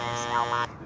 stoma.